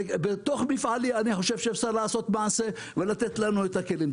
אבל בתוך מפעל אני חושב שאפשר לעשות מעשה ולתת לנו את הכלים.